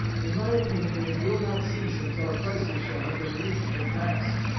in my opinion it will not cease until a crisis shall have been reached and passed.